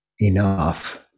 enough